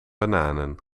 bananen